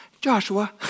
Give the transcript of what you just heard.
Joshua